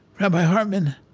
rabbi hartman,